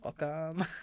welcome